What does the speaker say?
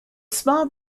small